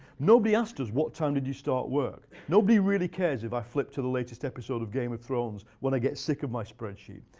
nobody asked us, what time did you start work? nobody really cares if i flip to the latest episode of game of thrones when i get sick of my spreadsheet.